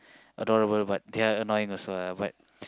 adorable but they're annoying also lah but